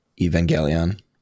Evangelion